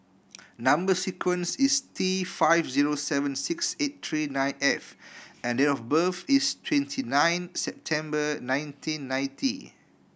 number sequence is T five zero seven six eight three nine F and date of birth is twenty nine September nineteen ninety